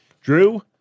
Drew